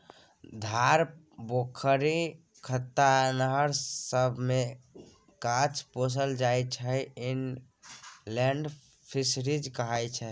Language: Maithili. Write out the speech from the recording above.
धार, पोखरि, खत्ता आ नहर सबमे जे माछ पोसल जाइ छै इनलेंड फीसरीज कहाय छै